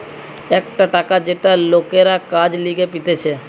একটা টাকা যেটা লোকরা কাজের লিগে পেতেছে